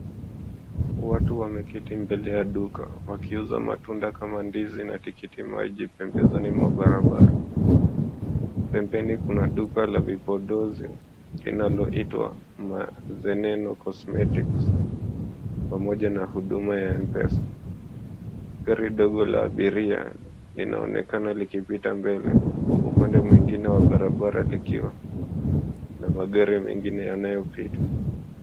Watu wameketi mbele ya duka wakiuza matunda kama ndizi na tikitiki maji pembezoni mwa barabara. Pembeni kuna duka la vipodozi linaloitwa neno, Cosmetics pamoja na huduma ya mpesa. Gari dogo la abiria linaonekana likipita mbele. Huku upande mwingine wa barabara ukiwa na magari mingine yanayopita.